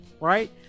right